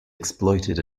exploited